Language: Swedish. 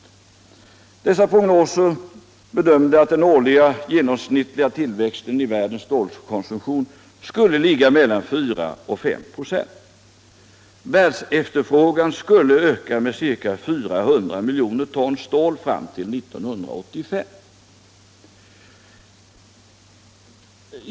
I dessa prognoser bedömde man att den årliga tillväxten i världens stålkonsumtion skulle ligga mellan 4 och 5 96. Världsefterfrågan kunde öka med ca 400 miljoner ton stål fram till 1985.